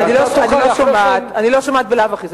אני לא שומעת בלאו הכי,